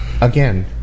again